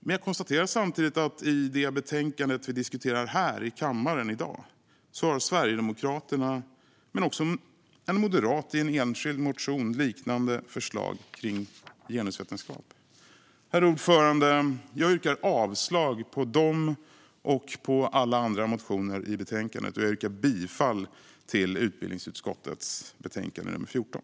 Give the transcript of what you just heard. Men jag konstaterar samtidigt att i det betänkande vi diskuterar här i kammaren i dag har Sverigedemokraterna, men också en moderat i en enskild motion, liknande förslag kring genusvetenskap. Herr talman! Jag yrkar avslag på dem och på alla andra motioner i betänkandet. Jag yrkar bifall till utbildningsutskottets förslag i betänkande nr 14.